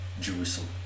Jerusalem